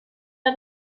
out